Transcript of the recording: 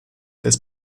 des